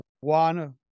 one